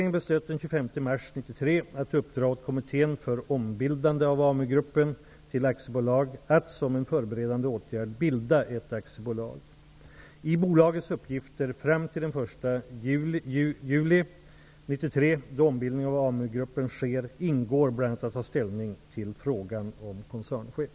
1993, då ombildningen av AMU-gruppen sker, ingår bl.a. att ta ställning i frågan om koncernchef.